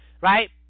Right